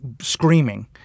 screaming